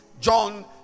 John